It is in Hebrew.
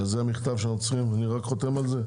אז זה המכתב שאנחנו צריכים, אני רק חותם על זה?